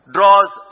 Draws